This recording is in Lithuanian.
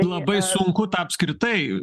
labai sunku tą apskritai